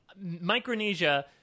Micronesia